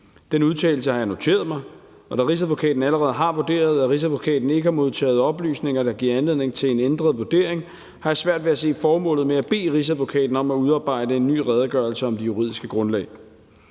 Den udtalelse har jeg noteret mig, og når Rigsadvokaten allerede har vurderet, at man ikke har modtaget oplysninger, der giver anledning til en ændret vurdering, har jeg svært ved at se formålet med at bede Rigsadvokaten om at udarbejde en ny redegørelse om det juridiske grundlag.